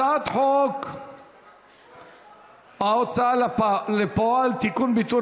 הצעת חוק ההוצאה לפועל (תיקון,